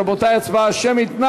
רבותי, הצבעה שמית.